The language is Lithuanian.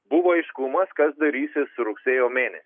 buvo aiškumas kas darysis rugsėjo mėne